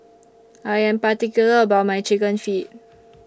I Am particular about My Chicken Feet